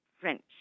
French